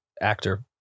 actor